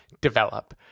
develop